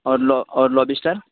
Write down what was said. اور لو اور لوبسٹر